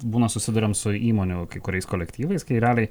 būna susiduriam su įmonių kai kuriais kolektyvais kai realiai